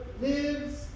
lives